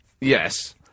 Yes